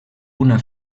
una